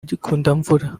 gikundamvura